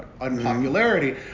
unpopularity